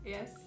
Yes